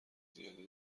زیادی